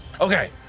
okay